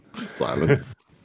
Silence